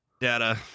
data